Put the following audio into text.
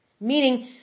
meaning